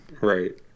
right